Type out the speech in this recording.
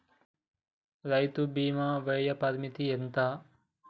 రైతు బీమా వయోపరిమితి ఎంత?